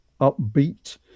upbeat